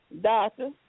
Doctor